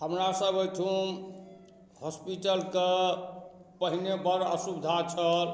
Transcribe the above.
हमरासब एहिठाम हॉस्पिटलके पहिने बड़ असुविधा छल